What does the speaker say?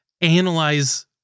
analyze